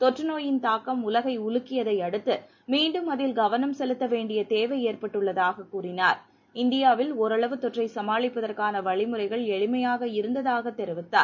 தொற்று நோயின் தாக்கம் உலகை உலுக்கியதையடுத்து மீண்டும் அதில் கவனம் செலுத்த வேண்டிய தேவை ஏற்பட்டுள்ளதாக கூறினார் இந்தியாவில் ஒரளவு தொற்றை சமாளிப்பதற்கான வழிமுறைகள் எளிமையாக இருந்ததாக கூறினார்